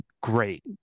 great